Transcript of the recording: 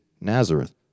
Nazareth